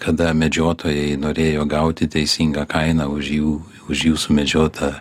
kada medžiotojai norėjo gauti teisingą kainą už jų už jų sumedžiotą